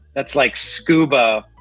that's like scuba,